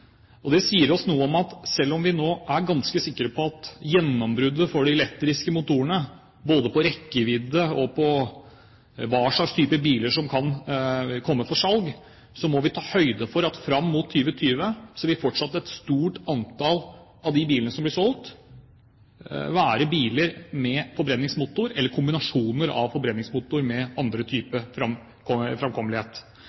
Det sier oss noe om at selv om vi nå er ganske sikre på gjennombruddet for de elektriske motorene – når det gjelder både rekkevidde og hva slags type biler som kan komme for salg – må vi ta høyde for at fram mot 2020 vil fortsatt et stort antall av de bilene som blir solgt, være biler med forbrenningsmotor eller kombinasjoner av forbrenningsmotor og andre